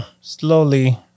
slowly